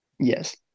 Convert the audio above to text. Yes